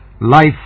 life